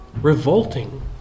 revolting